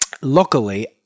luckily